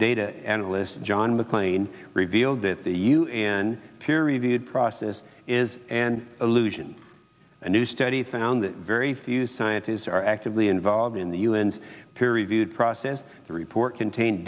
ta analyst john mcclane revealed that the un peer reviewed process is an illusion a new study found that very few scientists are actively involved in the un's peer reviewed process the report contain